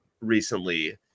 recently